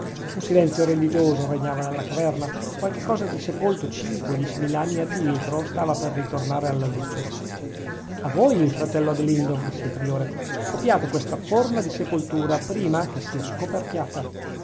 un silenzio religioso regnava nella caverna qualche cosa di sepolto cinque o diecimil'anni addietro stava per ritornare alla luce a voi fratello adelindo disse il priore copiate questa forma di sepoltura prima che sia scoperchiata